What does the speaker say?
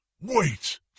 Wait